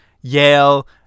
Yale